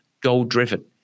goal-driven